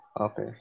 okay